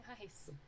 nice